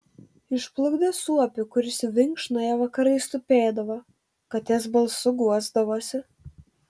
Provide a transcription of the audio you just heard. išplukdė suopį kuris vinkšnoje vakarais tupėdavo katės balsu guosdavosi